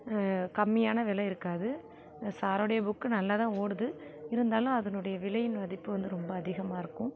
கம்மியான வில இருக்காது சாரோடைய புக்கு நல்லா தான் ஓடுது இருந்தாலும் அதனுடைய விலையின் மதிப்பு வந்து ரொம்ப அதிகமாக இருக்கும்